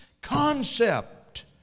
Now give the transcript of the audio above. concept